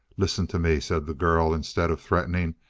listen to me, said the girl. instead of threatening,